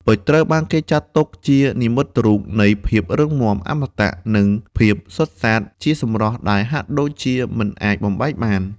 ពេជ្រត្រូវបានគេចាត់ទុកជានិមិត្តរូបនៃ ភាពរឹងមាំ អមតៈ និងភាពសុទ្ធសាធ ជាសម្រស់ដែលហាក់ដូចជាមិនអាចបំបែកបាន។